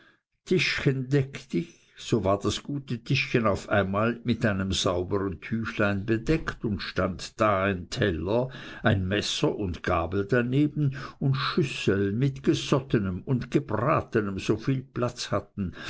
tischchen deck dich so war das gute tischchen auf einmal mit einem saubern tüchlein bedeckt und stand da ein teller und messer und gabel daneben und schüsseln mit gesottenem und gebratenem so viel platz hatten